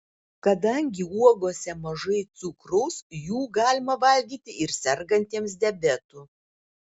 kadangi uogose mažai cukraus jų galima valgyti ir sergantiems diabetu